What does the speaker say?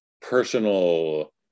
personal